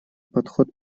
подход